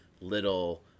little